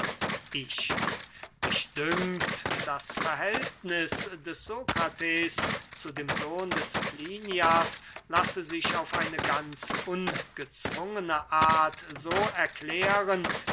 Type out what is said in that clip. ich mich dünkt das verhältniß des sokrates zu dem sohn des klinias lasse sich auf eine ganz ungezwungene art so erklären